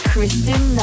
Kristen